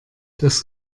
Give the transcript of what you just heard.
das